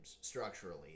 structurally